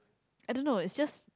I don't know it's just